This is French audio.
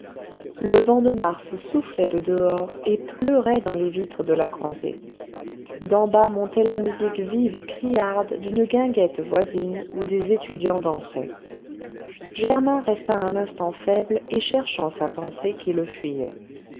le vent de mars soufflait de dehors et pleurait dans les vitres de la croisée d'en bas montait la musique vive et criarde d'une guinguette voisine où des étudiants dansaient germain resta un instant faible et cherchant sa pensée qui le fuyait